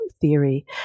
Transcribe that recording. theory